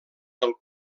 del